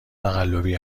تقلبی